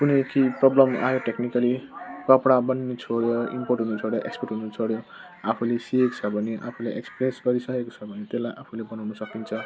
कुनै कि प्रब्लम आयो टेक्निकली कपडा बनिनु छोड्यो इम्पोर्ट हुनु छोड्यो एक्सपोर्ट हुनु छोड्यो आफैले सिकेको छ भने आफैलाई एक्स्प्रेस गरिसकेको छ भने त्यसलाई आफूले बनाउनु सकिन्छ